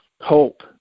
hope